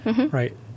Right